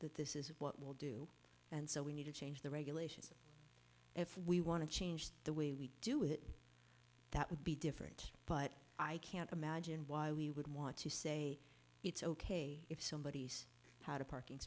that this is what we'll do and so we need to change the regulations if we want to change the way we do it that would be different but i can't imagine why we would want to say it's ok if somebody had a parking